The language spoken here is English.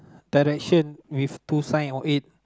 direction with two sign on it